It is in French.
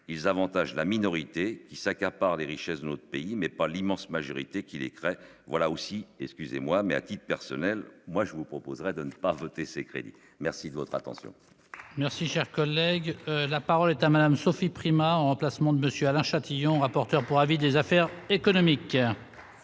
ils avantagent la minorité qui s'accaparent les richesses de notre pays mais pas l'immense majorité qui les crée voilà aussi et, excusez-moi, mais a-t-il personnel, moi je vous proposerai de ne pas voter ces crédits, merci de votre attention. Merci, cher collègue, la parole est à madame Sophie Primas remplacement de Monsieur Alain Châtillon, rapporteur pour avis des affaires économiques.